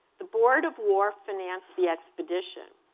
the board of war financed the expedition.